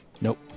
Nope